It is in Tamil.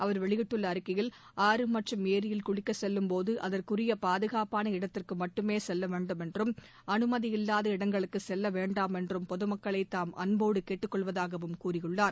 அவர் வெளியிட்டுள்ள அறிக்கையில் ஆறு மற்றும் ஏரியில் குளிக்கச்செல்லும் போது அதற்குரிய பாதுகாப்பான இடத்திற்கு மட்டுமே செல்ல வேண்டும் என்றும் அனுமதி இல்லாத இடங்களுக்கு செல்லவேண்டாம் என்றும் பொதுமக்களை தாம் அன்போடு கேட்டுக்கொள்வதாகவும் கூறியுள்ளார்